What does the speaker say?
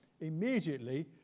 Immediately